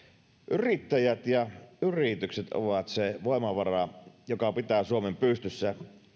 yrittäjät ja yritykset ovat se voimavara joka pitää suomen pystyssä